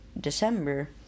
December